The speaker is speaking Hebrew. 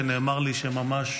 שנאמר לי שממש